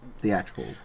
theatrical